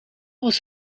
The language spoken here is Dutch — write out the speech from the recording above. was